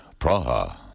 Praha